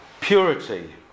Purity